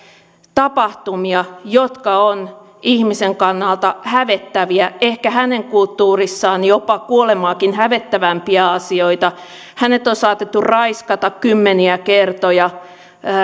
tapahtumia jotka ovat ihmisen kannalta hävettäviä ehkä hänen kulttuurissaan jopa kuolemaakin hävettävämpiä asioita hänet on saatettu raiskata kymmeniä kertoja